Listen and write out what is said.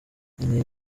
nkeneye